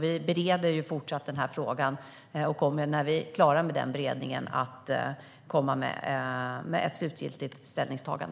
Vi bereder fortsatt frågan och kommer med ett slutgiltigt ställningstagande när vi är klara med beredningen.